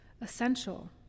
essential